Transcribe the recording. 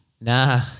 Nah